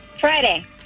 Friday